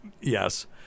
Yes